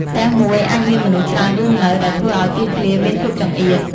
ផ្ទះមួយអាចមានមនុស្សច្រើនរស់នៅ ដែលធ្វើឲ្យទីធ្លាមានភាពចង្អៀត។